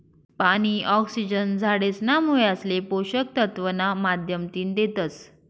पानी, ऑक्सिजन झाडेसना मुयासले पोषक तत्व ना माध्यमतीन देतस